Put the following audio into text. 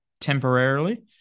temporarily